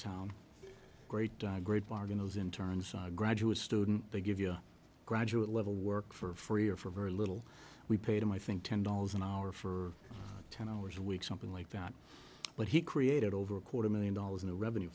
town great die great bargains in turns on a graduate student they give you a graduate level work for free or for very little we pay them i think ten dollars an hour for ten hours a week something like that but he created over a quarter million dollars in the revenue